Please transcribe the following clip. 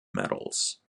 medals